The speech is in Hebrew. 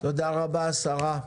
תודה רבה, השרה,